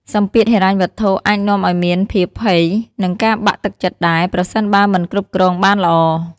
សម្ពាធហិរញ្ញវត្ថុអាចនាំឲ្យមានភាពភ័យ និងការបាក់ទឹកចិត្តដែរ ប្រសិនបើមិនគ្រប់គ្រងបានល្អ។